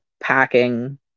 packing